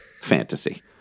fantasy